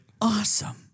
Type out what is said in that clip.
Awesome